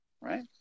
right